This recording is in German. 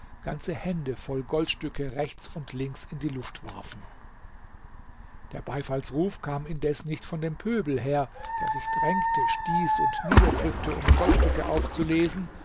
ganze hände voll goldstücke rechts und links in die luft warfen der beifallsruf kam indes nicht von dem pöbel her der sich drängte stieß und niederdrückte um goldstücke aufzulesen